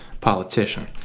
politician